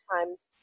times